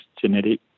Genetic